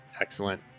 Excellent